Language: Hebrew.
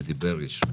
נגישים